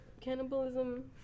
Cannibalism